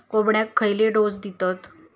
कोंबड्यांक खयले डोस दितत?